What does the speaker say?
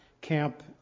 camp